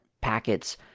packets